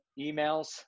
emails